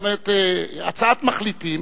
זאת אומרת הצעת מחליטים,